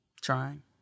trying